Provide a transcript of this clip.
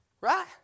right